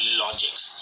logics